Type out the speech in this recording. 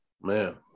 Man